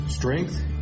Strength